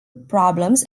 problems